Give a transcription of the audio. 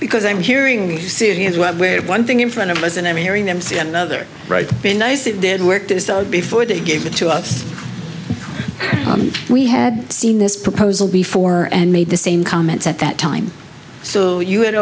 because i'm hearing syrians webware one thing in front of us and i'm hearing them see another right been nice it did work to start before they gave it to us we had seen this proposal before and made the same comments at that time so you had